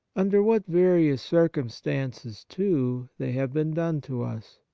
under what various circum stances too, they have been done to us!